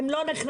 הם לא נכנסים.